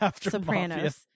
Sopranos